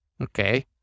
Okay